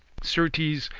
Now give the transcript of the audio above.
certes,